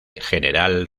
general